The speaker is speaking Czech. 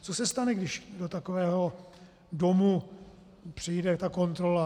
Co se stane, když do takového domu přijde kontrola?